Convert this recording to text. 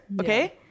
okay